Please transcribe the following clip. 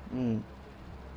mm